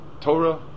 Torah